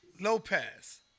Lopez